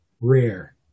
rare